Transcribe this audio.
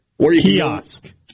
Kiosk